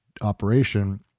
operation